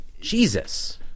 Jesus